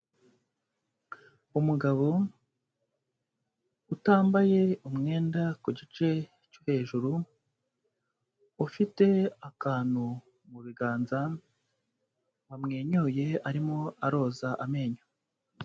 Umugabo utambaye umwenda ku gice cyo hejuru, ufite akantu mu biganza, wamwenyuye arimo aroza amenyo.